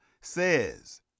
says